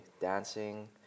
Dancing